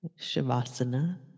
Shavasana